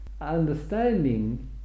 understanding